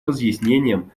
разъяснением